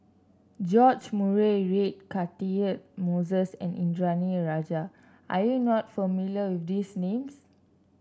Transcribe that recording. George Murray Reith Catchick Moses and Indranee Rajah are you not familiar with these names